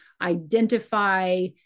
identify